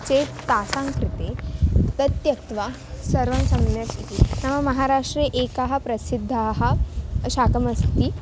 चेत् तासां कृते तत् त्यक्त्वा सर्वं सम्यक् इति नाम महाराष्ट्रे एकं प्रसिद्धं शाकमस्ति